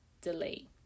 delay